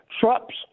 Trump's